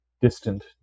distant